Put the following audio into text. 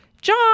John